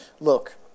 Look